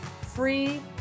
free